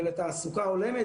ולתעסוקה הולמת,